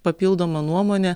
papildoma nuomonė